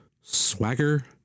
Swagger